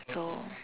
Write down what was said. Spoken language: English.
so